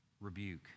rebuke